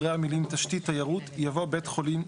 אחרי המילים "תשתית תיירות" יבוא "בית חולים ציבורי",